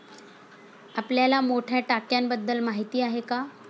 आपल्याला मोठ्या टाक्यांबद्दल माहिती आहे का?